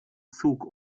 zug